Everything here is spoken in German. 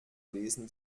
lesen